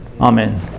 Amen